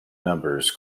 numbers